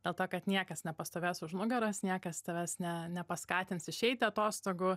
dėl to kad niekas nepastovės už nugaros niekas tavęs ne nepaskatins išeiti atostogų